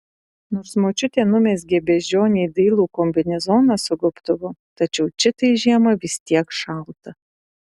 nors močiutė numezgė beždžionei dailų kombinezoną su gobtuvu tačiau čitai žiemą vis tiek šalta